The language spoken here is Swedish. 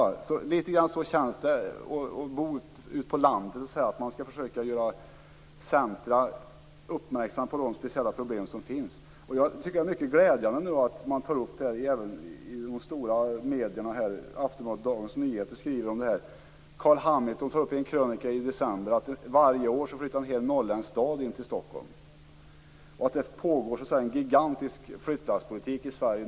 Den som bor ute på landet vill göra de stora centrumen uppmärksamma på de speciella problem som man har. Det är mycket glädjande att dessa frågor nu tas upp även i de stora medieorganen. Aftonblandet och Dagens Nyheter har skrivit om det här. Carl Hamilton framhöll i en krönika i december att varje år en hel norrländsk stad flyttar in till Stockholm. Det pågår nu en gigantisk flyttlasspolitik i Sverige.